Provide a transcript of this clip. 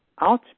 Out